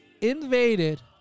invaded